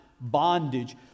bondage